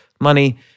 money